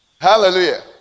hallelujah